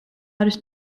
არის